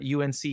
UNC